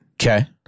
Okay